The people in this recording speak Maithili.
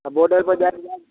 बॉर्डर पर जाइके बाद